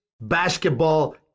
basketball